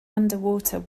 underwater